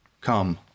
Come